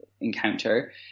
encounter